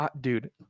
dude